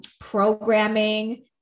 programming